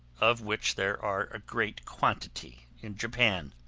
of which there are a great quantity in japan.